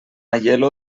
aielo